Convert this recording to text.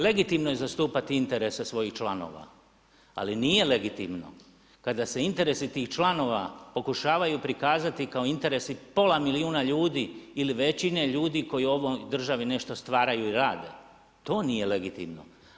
Legitimno je zastupati interese svojih članova ali nije legitimno kada se interesi tih članova pokušavaju prikazati kao interesi pola milijuna ljudi ili većine ljudi koji ovoj državi nešto stvaraju i rade, to nije legitimno.